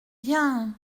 bien